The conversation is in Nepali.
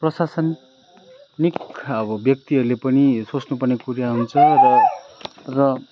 प्रशासननिक अब व्यक्तिहरूले पनि सोच्नु पर्ने कुरा हुन्छ र